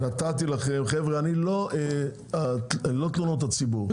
חבר'ה אני לא תלונות הציבור.